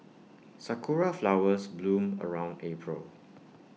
Sakura Flowers bloom around April